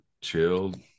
chilled